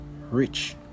rich